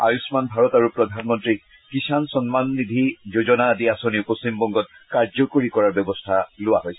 আয়ুল্লান ভাৰত আৰু প্ৰধানমন্ত্ৰী কিষাণ সন্মান নিধি যোজনা আদি আঁচনিও পশ্চিমবংগত কাৰ্যকৰী কৰাৰ ব্যৱস্থা গ্ৰহণ কৰা হৈছে